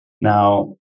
Now